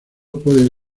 pueden